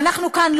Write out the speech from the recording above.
ואנחנו כאן,